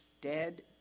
Dead